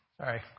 Sorry